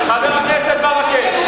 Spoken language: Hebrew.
חבר הכנסת ברכה.